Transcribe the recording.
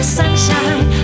sunshine